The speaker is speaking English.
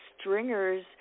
stringers